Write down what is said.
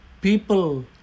people